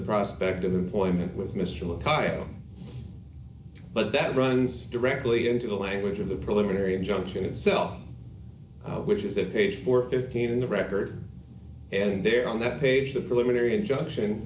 prospect of employment with mr pio but that runs directly into the language of the preliminary injunction itself which is a page for fifteen in the record and there on that page the preliminary injunction